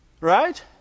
Right